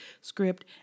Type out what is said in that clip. script